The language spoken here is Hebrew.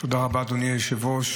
תודה רבה, אדוני היושב-ראש.